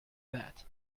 that